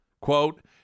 quote